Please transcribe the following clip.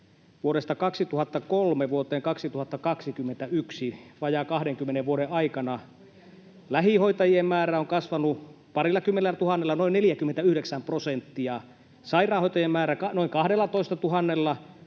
Vuodesta 2003 vuoteen 2021, vajaan 20 vuoden aikana, lähihoitajien määrä on kasvanut parillakymmenellä tuhannella, noin 49 prosenttia, sairaanhoitajien määrä noin 12 000:lla,